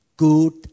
Good